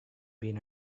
been